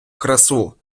красу